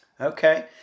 Okay